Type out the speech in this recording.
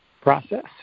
process